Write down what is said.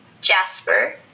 jasper